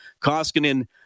Koskinen